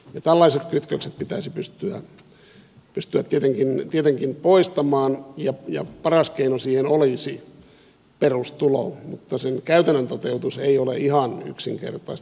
tällaiset kytkökset pitäisi pystyä tietenkin poistamaan ja paras keino siihen olisi perustulo mutta sen käytännön toteutus ei ole ihan yksinkertaista